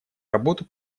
работу